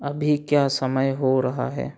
अभी क्या समय हो रहा है